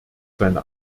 seine